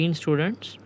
students